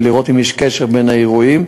ולראות אם יש קשר בין האירועים.